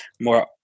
more